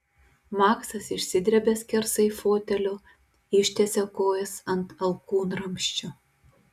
maksas išsidrebia skersai fotelio ištiesia kojas ant alkūnramsčio